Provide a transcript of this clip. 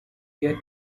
yet